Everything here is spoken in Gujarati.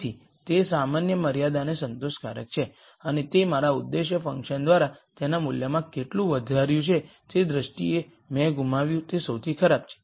તેથી તે સામાન્ય મર્યાદાને સંતોષકારક છે અને તે મારા ઉદ્દેશ્ય ફંકશનદ્વારા તેના મૂલ્યમાં કેટલું વધાર્યું છે તે દ્રષ્ટિએ મેં ગુમાવ્યું તે સૌથી ખરાબ છે